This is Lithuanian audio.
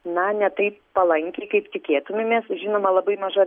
na ne taip palankiai kaip tikėtumėmės žinoma labai maža